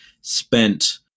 spent